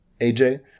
AJ